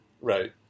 Right